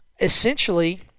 Essentially